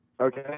Okay